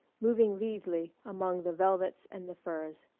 moving lithely among the velvets and the furs,